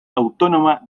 autónoma